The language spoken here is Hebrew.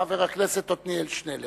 חבר הכנסת עתניאל שנלר.